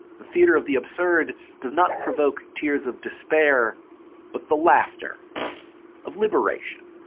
the theatre of the absurd does not provoke tears of despair but the laughter of liberation,